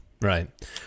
Right